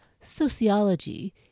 Sociology